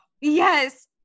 yes